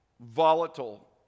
volatile